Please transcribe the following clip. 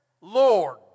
Lord